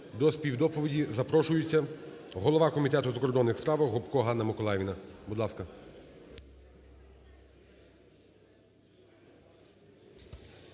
До співдоповіді запрошується голова Комітету у закордонних справах Гопко Ганна Миколаївна.